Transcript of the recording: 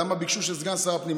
למה ביקשו שזה יהיה סגן שר הפנים?